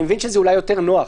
אני מבין שזה אולי יותר נוח,